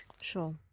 Sure